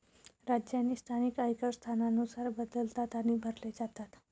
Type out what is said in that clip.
राज्य आणि स्थानिक आयकर स्थानानुसार बदलतात आणि भरले जातात